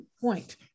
point